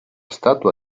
statua